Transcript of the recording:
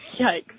yikes